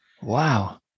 wow